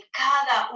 cada